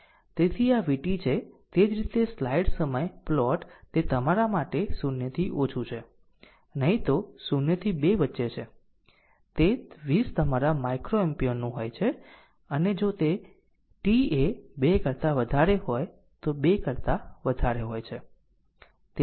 તેથી આ vt છે અને તે જ રીતે સ્લાઇડ સમય પ્લોટ તે તમારા માટે 0 થી ઓછું છે નહીં તો 0 થી 2 વચ્ચે છે તે 20 તમારા માઇક્રોએમ્પીયર નું હોય છે અને જો તે t એ 2 કરતા વધારે હોય તો 2 કરતા વધારે હોય છે